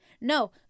No